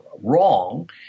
wrong